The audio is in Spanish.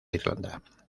irlanda